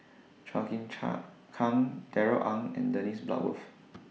Chua Chim Kang Darrell Ang and Dennis Bloodworth